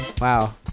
Wow